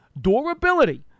durability